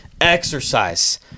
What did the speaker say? exercise